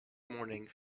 morning